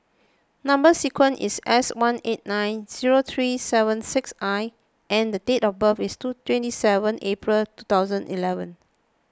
Number Sequence is S one eight nine zero three seven six I and date of birth is two twenty seven April two thousand eleven